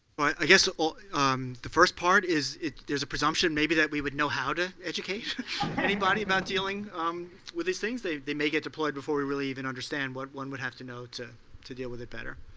i guess ah um the first part is if there's a presumption maybe that we would know how to educate anybody about dealing with these things. they they may get deployed before we really even understand what one would have to know to to deal with it better.